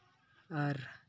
ᱟᱨ